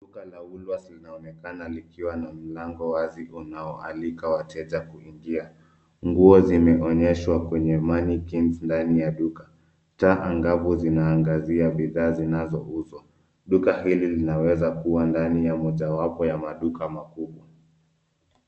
Duka la Woolsworth linaonekana likiwa na mlango wazi unaowaalika wateja kuingia. Nguo zimeonyeshwa kwenye mannequins ndani ya duka. Taa angavu zinaangazia bidhaa zinazouzwa. Duka hili linaweza kuwa ndani ya mojawapo ya maduka makubwa.